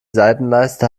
seitenleiste